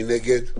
מי נגד?